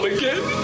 again